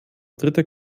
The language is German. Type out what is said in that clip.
dritte